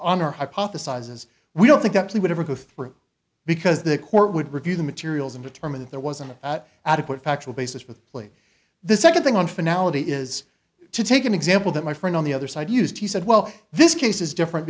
honor hypothesises we don't think that actually would ever go through because the court would review the materials and determine if there was an adequate factual basis with glee the second thing on finale is to take an example that my friend on the other side used he said well this case is different